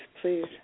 please